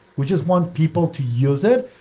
we just want people to use it.